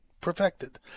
perfected